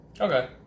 Okay